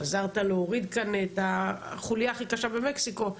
עזרת להוריד כאן את החוליה הכי קשה במקסיקו.